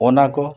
ᱚᱱᱟ ᱠᱚ